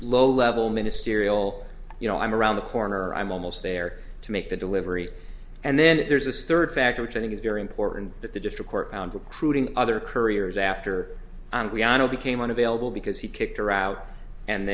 low level ministerial you know i'm around the corner i'm almost there to make the delivery and then there's this third factor which i think is very important that the district court found recruiting other couriers after and we are no became unavailable because he kicked her out and